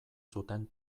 zuten